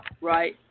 right